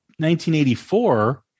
1984